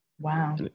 wow